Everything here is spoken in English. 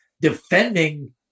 defending